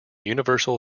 universal